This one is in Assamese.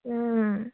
ও